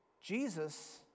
Jesus